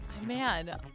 Man